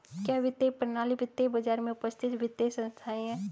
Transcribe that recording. क्या वित्तीय प्रणाली वित्तीय बाजार में उपस्थित वित्तीय संस्थाएं है?